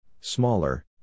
smaller